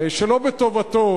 שלא בטובתו,